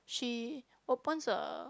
she opens a